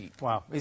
Wow